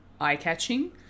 eye-catching